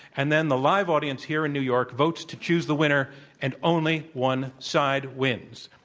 and then the live audience here in new york votes to choose the winner, and only one side wins.